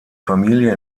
familie